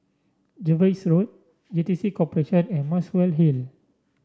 Jervois Road J T C Corporation and Muswell Hill